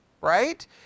right